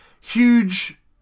huge